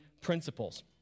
principles